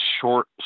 short